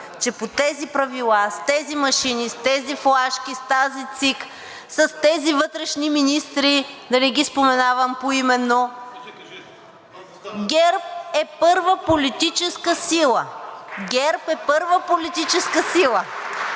че по тези правила, с тези машини, с тези флашки, с тази ЦИК, с тези вътрешни министри – да не ги споменавам поименно (реплики), ГЕРБ е първа политическа сила. ГЕРБ е първа политическа сила!